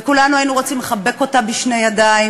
וכולנו היינו רוצים לחבק אותה בשתי ידיים